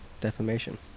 defamation